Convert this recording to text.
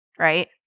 right